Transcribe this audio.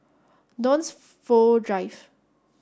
Dunsfold Drive